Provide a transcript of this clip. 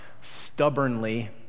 stubbornly